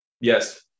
Yes